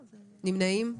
נמנעים?